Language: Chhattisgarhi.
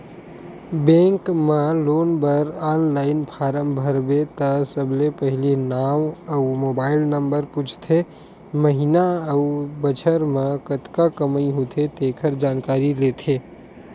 बेंक म लोन बर ऑनलाईन फारम भरबे त सबले पहिली नांव अउ मोबाईल नंबर पूछथे, महिना अउ बछर म कतका कमई होथे तेखर जानकारी लेथे